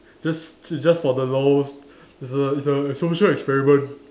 just just for the lols it's a it's a social experiment